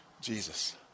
Jesus